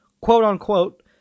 Quote-unquote